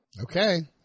Okay